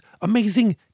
amazing